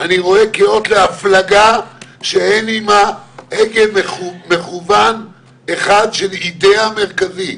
אני רואה כאות להפלגה שאין עמה הגה מכוון אחד של אידאה מרכזית.